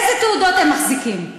איזה תעודות הם מחזיקים.